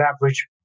average